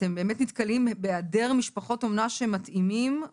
שאתם באמת נתקלים בהיעדר משפחות אומנה שמתאימות,